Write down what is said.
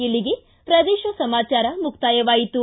ಇಲ್ಲಿಗೆ ಪ್ರದೇಶ ಸಮಾಚಾರ ಮುಕ್ತಾಯವಾಯಿತು